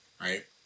right